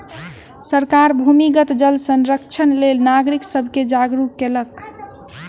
सरकार भूमिगत जल संरक्षणक लेल नागरिक सब के जागरूक केलक